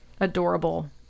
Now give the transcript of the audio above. adorable